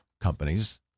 companies